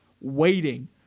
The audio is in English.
waiting